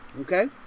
Okay